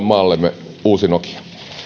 maallemme uusi nokia